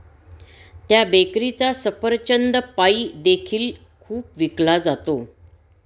त्या बेकरीचा सफरचंद पाई देखील खूप विकला जातो